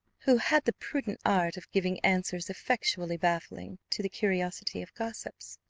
who had the prudent art of giving answers effectually baffling to the curiosity of gossips.